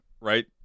right